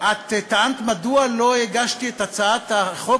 את טענת מדוע לא הגשתי את הצעת החוק